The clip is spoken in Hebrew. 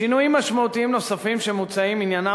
שינויים משמעותיים נוספים שמוצעים עניינם